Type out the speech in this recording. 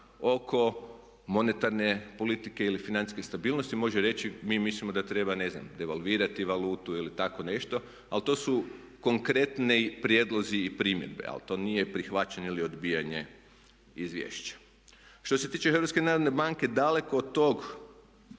oko monetarne politike ili financijske stabilnosti. Može reći mi mislimo da treba ne znam devalvirati valutu ili tako nešto, ali to su konkretni prijedlozi i primjedbe. Ali to nije prihvaćanje ili odbijanje izvješća. Što se tiče HNB-a daleko od tog